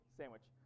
sandwich